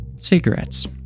cigarettes